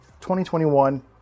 2021